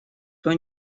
кто